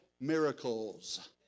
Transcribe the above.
miracles